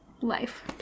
life